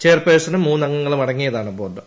ചെയർപേഴ്സണും മൂന്ന് അംഗങ്ങളും അടങ്ങിയതാണ് ബോർഡ്